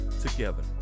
together